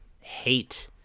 hate